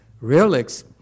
relics